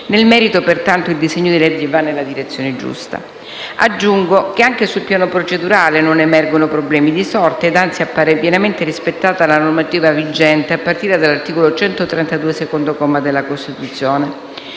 Nel merito, pertanto, il disegno di legge va nella direzione giusta. Aggiungo che anche sul piano procedurale non emergono problemi di sorta e, anzi, appare pienamente rispettata la normativa vigente a partire dall'articolo 132, secondo comma della Costituzione.